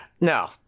no